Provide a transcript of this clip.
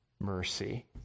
mercy